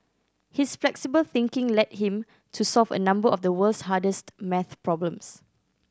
his flexible thinking led him to solve a number of the world's hardest math problems